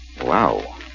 Wow